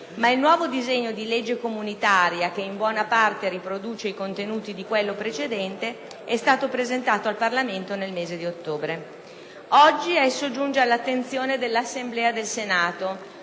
ma il nuovo disegno di legge comunitaria, che in buona parte riproduce i contenuti di quello precedente, è stato presentato al Parlamento nel mese di ottobre. Oggi esso giunge all'attenzione dell'Assemblea del Senato